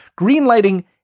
greenlighting